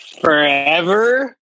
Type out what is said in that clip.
forever